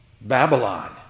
Babylon